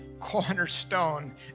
cornerstone